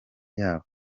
ryabo